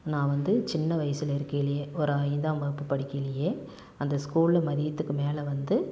நான் வந்து சின்ன வயசில் இருக்கலேயே ஒரு ஐந்தாம் வகுப்பு படிக்கலேயே அந்த ஸ்கூலில் மதியத்துக்கு மேலே வந்து